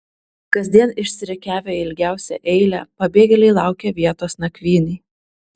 kasdien išsirikiavę į ilgiausią eilę pabėgėliai laukia vietos nakvynei